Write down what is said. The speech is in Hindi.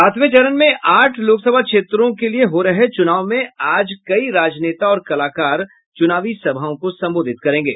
सातवें चरण में आठ लोकसभा क्षेत्रों के लिए हो रहे चुनाव में आज कई राजनेता और कलाकार चुनावी सभाओं को संबोधित करेंगे